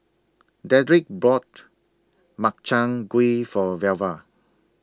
Dedrick bought Makchang Gui For Velva